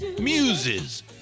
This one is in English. Muses